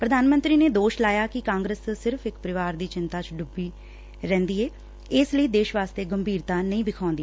ਪੂਧਾਨ ਮੰਤਰੀ ਨੇ ਦੋਸ ਲਾਇਆ ਕਿ ਕਾਂਗਰਸ ਸਿਰਫ਼ ਇਕ ਪਰਿਵਾਰ ਦੀ ਚਿੰਤਾ ਚ ਡੁੱਬੀ ਰਹਿੰਦੀ ਏ ਇਸ ਲਈ ਦੇਸ਼ ਵਾਸਤੇ ਗੰਭੀਰਤਾ ਨਹੀਂ ਵਿਖਾਉਂਦੀ